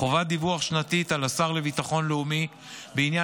חובת דיווח שנתית על השר לביטחון לאומי בעניין